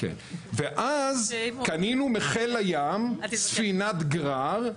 ואז קנינו מחיל הים ספינת גרר,